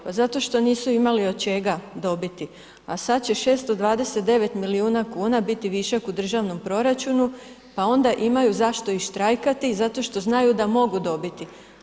Pa zato što nisu imali od čega dobiti a sada će 629 milijuna kuna biti višak u državnom proračunu pa onda imaju zašto i štrajkati zato što znaju da mogu dobiti.